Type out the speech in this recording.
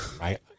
Right